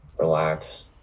relax